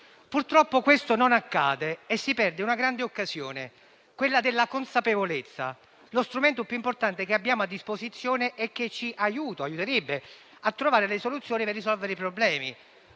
Purtroppo questo non accade e si perde una grande occasione, quella della consapevolezza, lo strumento più importante che abbiamo a disposizione e che ci aiuterebbe a trovare le soluzioni per risolvere i problemi.